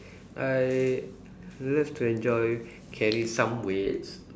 I love to enjoy carry some weights